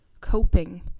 coping